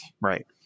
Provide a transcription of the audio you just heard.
right